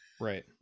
Right